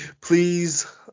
Please